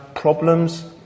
problems